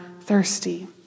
thirsty